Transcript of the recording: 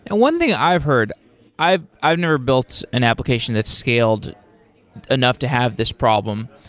and one thing i've heard i've i've never built an application that scaled enough to have this problem,